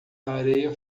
areia